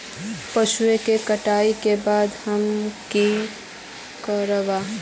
पशुओं के कटाई के बाद हम की करवा?